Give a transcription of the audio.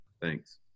Thanks